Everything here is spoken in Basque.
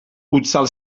hutsal